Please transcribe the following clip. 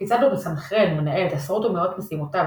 כיצד הוא מסנכרן ומנהל את עשרות ומאות משימותיו,